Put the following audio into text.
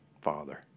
Father